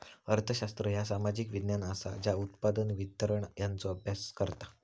अर्थशास्त्र ह्या सामाजिक विज्ञान असा ज्या उत्पादन, वितरण यांचो अभ्यास करता